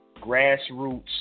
grassroots